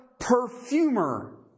perfumer